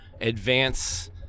advance